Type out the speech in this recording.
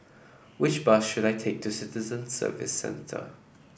which bus should I take to Citizen Services Centre